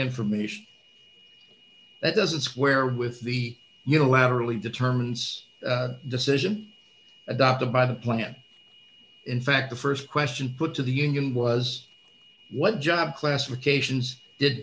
information that doesn't square with the unilaterally determines decision adopted by the plant in fact the st question put to the union was what job classifications did